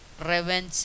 revenge